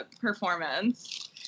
performance